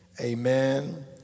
Amen